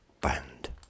Band